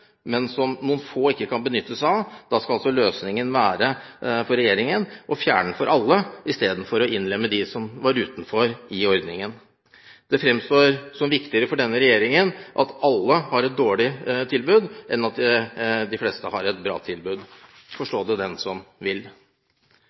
men som noen få ikke kan benytte seg av, så skal altså løsningen være – for regjeringen – å fjerne den for alle i stedet for å innlemme dem som falt utenfor ordningen. Det fremstår som viktigere for denne regjeringen at alle har et dårlig tilbud, enn at de fleste har et bra tilbud